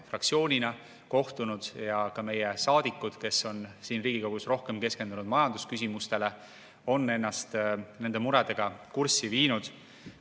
fraktsioonina kohtunud ja ka meie saadikud, kes on siin Riigikogus rohkem keskendunud majandusküsimustele, on ennast nende muredega kurssi viinud.